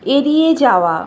এড়িয়ে যাওয়া